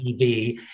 EV